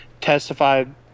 testified